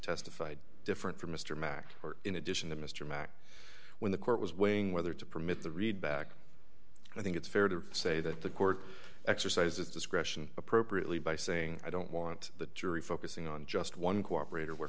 testified different from mr mack in addition to mr mack when the court was weighing whether to permit the read back i think it's fair to say that the court exercises discretion appropriately by saying i don't want the jury focusing on just one cooperat